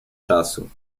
czasu